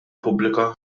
pubblika